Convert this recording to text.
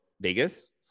Vegas